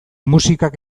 musikak